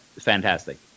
fantastic